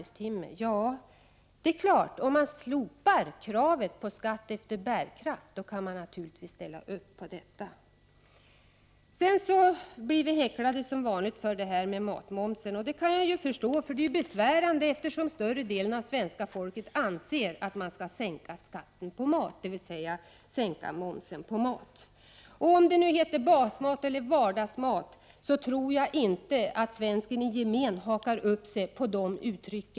Ja, om man slopar kravet på skatt efter bärkraft kan man naturligtvis ställa upp på det. Som vanligt blir vi häcklade för vår inställning till matmomsen. Det kan jag förstå — det är ju besvärande eftersom större delen av svenska folket anser att man skall sänka skatten på mat, dvs. sänka matmomsen. Oavsett om vi nu talar om basmat eller vardagsmat tror jag inte att svensken i gemen hakar upp sig på dessa uttryck.